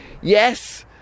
yes